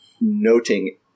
noting